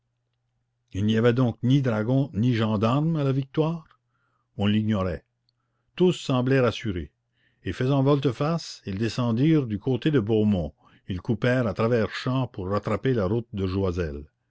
il n'y avait donc ni dragons ni gendarmes à la victoire on l'ignorait tous semblaient rassurés et faisant volte-face ils descendirent du côté de beaumont ils coupèrent à travers champs pour rattraper la route de